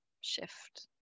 shift